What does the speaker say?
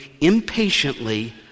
impatiently